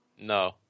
No